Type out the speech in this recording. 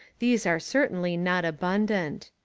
these are certainly not abundant.